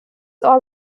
our